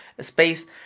space